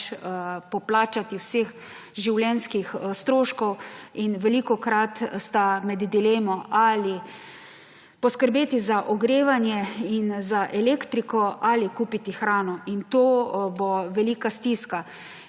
poplačati vseh življenjskih stroškov in velikokrat sta med dilemo, ali poskrbeti za ogrevanje in za elektriko ali kupiti hrano. To bo velika stiska.